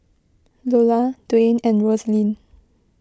Iola Dwane and Roselyn